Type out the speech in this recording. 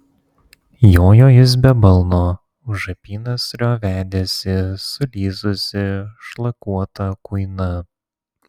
jojo jis be balno už apynasrio vedėsi sulysusį šlakuotą kuiną